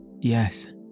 Yes